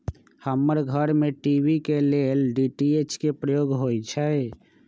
हमर घर में टी.वी के लेल डी.टी.एच के प्रयोग होइ छै